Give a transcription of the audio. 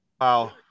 Wow